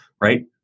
right